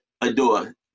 adore